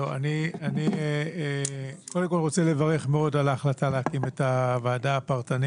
קודם כל אני רוצה לברך מאוד על ההחלטה להקים את המחלקה הייעודית,